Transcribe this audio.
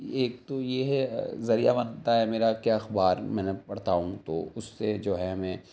ایک تو یہ ہے ذریعہ بنتا ہے میرا کہ اخبار میں نا پڑھتا ہوں تو اس سے جو ہے ہمیں